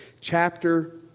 chapter